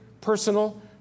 personal